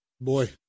Boy